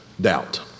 doubt